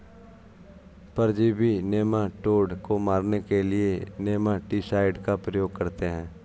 परजीवी नेमाटोड को मारने के लिए नेमाटीसाइड का प्रयोग करते हैं